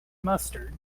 mustard